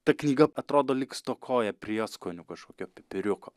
ta knyga atrodo lyg stokoja prieskonių kažkokio pipiriuko